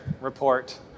report